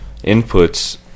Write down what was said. inputs